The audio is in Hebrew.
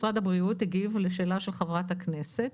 משרד הבריאות הגיב לשאלה של חברת הכנסת